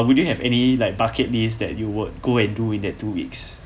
would you have like bucket lists that you would go and do in that two weeks